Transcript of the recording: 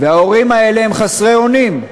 וההורים האלה הם חסרי אונים,